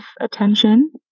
attention